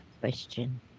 question